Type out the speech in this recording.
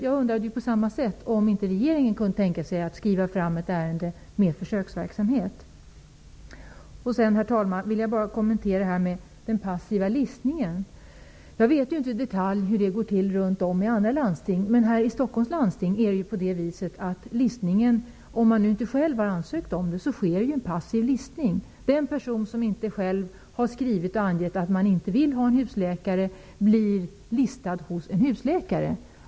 Jag undrar också om inte regeringen kan tänka sig att skriva fram ett ärende med försöksverksamhet. Herr talman! Låt mig kommentera den passiva listningen. Jag känner inte i detalj till hur det går till i olika landsting runt om i landet. Här i Stockholms landsting sker en passiv listning om man inte själv har gjort en ansökan. Den person som inte själv har skrivit och angett att man inte vill ha en husläkare blir listad hos en husläkare.